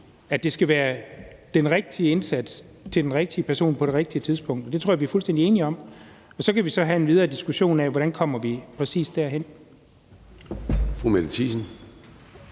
at det skal være den rigtige indsats til den rigtige person på det rigtige tidspunkt. Det tror jeg vi er fuldstændig enige om. Så kan vi så have en videre diskussion af, hvordan vi præcis kommer